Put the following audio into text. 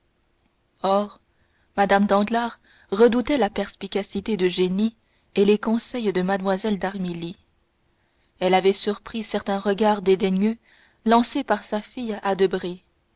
or mme danglars redoutait la perspicacité d'eugénie et les conseils de mlle d'armilly elle avait surpris certains regards dédaigneux lancés par sa fille